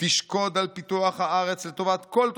תשקוד על פיתוח הארץ לטובת כל תושביה,